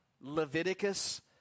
Leviticus